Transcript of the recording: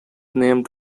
named